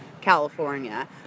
California